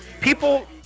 People